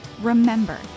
Remember